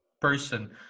person